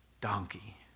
donkey